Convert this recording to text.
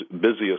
busiest